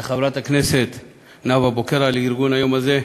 ולחברת הכנסת נאוה בוקר על ארגון היום הזה.